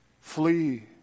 flee